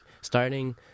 starting